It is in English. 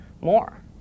more